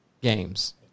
games